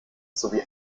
sowie